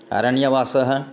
अरण्यवासः